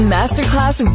Masterclass